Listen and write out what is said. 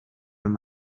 wenn